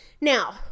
Now